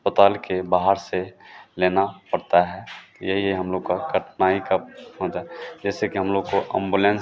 अस्पताल के बाहर से लेना पड़ता है यही है हम लोग की कठिनाई की वजह जैसे कि हम लोग को अम्बोलेंस